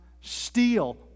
steal